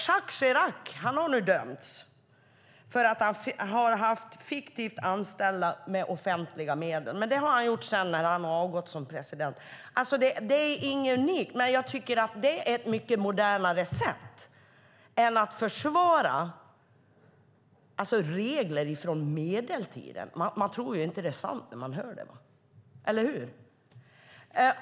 Jacques Chirac har nu dömts för att han har haft fiktivt anställda med offentliga medel. Men det har han blivit sedan han avgått som president. Det är inget nytt, men jag tycker att det är ett mycket modernare sätt än att försvara regler från medeltiden. Man tror inte att det är sant när man hör det, eller hur?